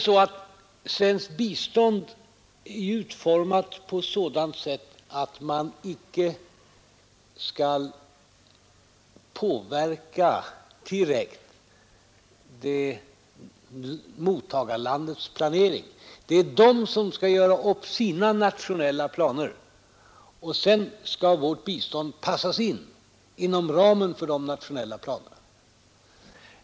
Svenskt bistånd är utformat på sådant sätt att man icke skall direkt påverka mottagarlandets planering. Det är mottagarlandet som gör upp sina nationella planer, och sedan skall vårt bistånd passas in inom ramen för dessa nationella planer.